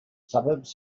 suburbs